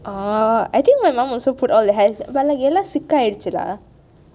oh I think my mom also put all the hair but ellam stick ஆயிடுச்சுடா